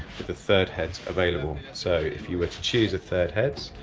with a third heads available, so if you were to choose a third heads